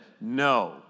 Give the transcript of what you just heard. no